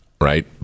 right